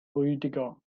rüdiger